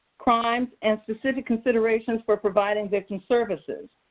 crimes, and specific considerations for providing victim services.